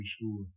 school